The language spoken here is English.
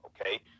Okay